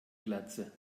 glatze